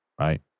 right